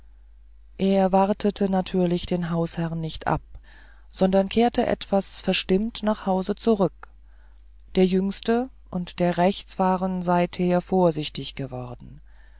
er wartete natürlich den hausherrn nicht ab sondern kehrte etwas verstimmt nach hause zurück der jüngste und der rechts waren seither vorsichtig geworden